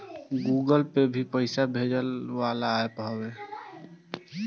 Google Pay भी पईसा भेजे वाला एप्प हवे